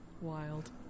Wild